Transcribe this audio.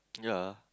ya ah